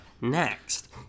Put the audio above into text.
next